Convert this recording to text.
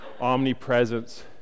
omnipresence